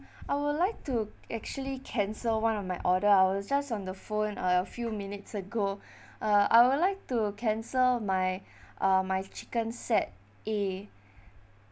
I would like to actually cancel one of my order I was just on the phone a few minutes ago uh I would like to cancel my uh my chicken set A